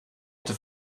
inte